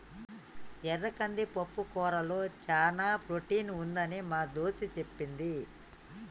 ఎర్ర కంది పప్పుకూరలో చానా ప్రోటీన్ ఉంటదని మా దోస్తు చెప్పింది